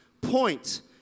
point